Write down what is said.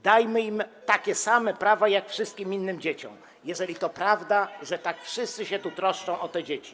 Dajmy im takie same prawa jak wszystkim innym dzieciom, jeżeli to prawda, że tak wszyscy się tu troszczą o te dzieci.